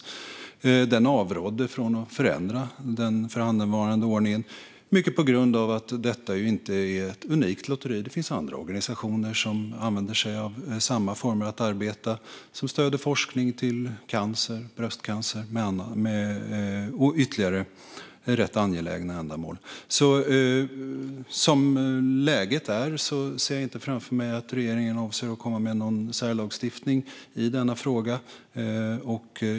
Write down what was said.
Utredningen avrådde från att förändra den förhandenvarande ordningen, mycket på grund av att detta ju inte är något unikt lotteri. Det finns andra organisationer som använder sig av samma former för sitt arbete, som stöder forskning om bröstcancer och andra, rätt angelägna, ändamål. Som läget är ser jag inte framför mig att regeringen avser att komma med någon särlagstiftning i denna fråga.